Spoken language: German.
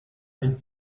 ein